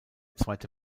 zweite